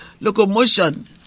locomotion